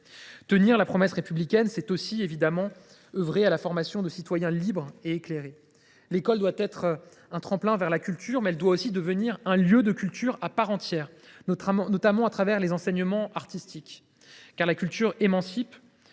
Tenir la promesse républicaine, c’est aussi œuvrer à la formation de citoyens libres et éclairés. L’école doit être un tremplin vers la culture, mais elle doit aussi devenir un lieu de culture à part entière, au travers notamment des enseignements artistiques. La culture émancipe